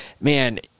man